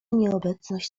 nieobecność